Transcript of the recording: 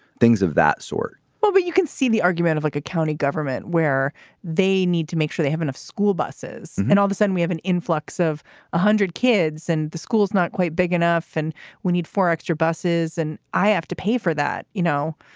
things of that sort well, but you can see the argument of like a county government where they need to make sure they have enough school buses. and all the sudden we have an influx of a hundred kids and the school is not quite big enough. and we need for extra buses and i have to pay for that. you know,